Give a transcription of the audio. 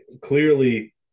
clearly